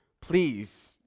Please